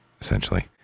essentially